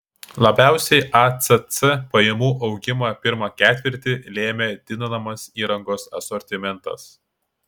labiausiai acc pajamų augimą pirmą ketvirtį lėmė didinamas įrangos asortimentas